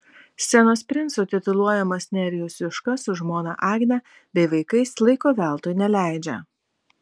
scenos princu tituluojamas nerijus juška su žmona agne bei vaikais laiko veltui neleidžia